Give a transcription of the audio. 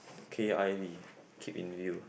okay I keep in view